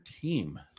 team